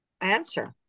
answer